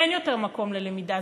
אין יותר מקום ללמידה,